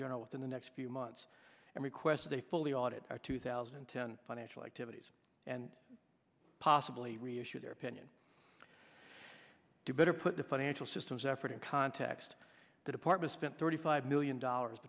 general within the next few months and requested a fully audit our two thousand and ten financial activities and possibly reissued their opinion to better put the financial systems effort in context the department spent thirty five million dollars